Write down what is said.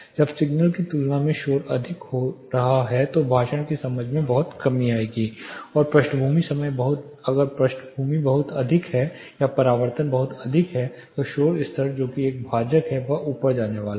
जब सिग्नल की तुलना में शोर अधिक हो रहा है तो भाषण के समझ में बहुत कमी आएगी और पृष्ठभूमि बहुत अधिक है या परावर्तन बहुत अधिक हैं तो शोर स्तर जो कि एक भाजक में है वह ऊपर जाने वाला है